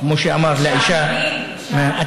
מעניינים, כמו שאמר לאישה, משעממים.